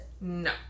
No